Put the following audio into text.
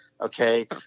Okay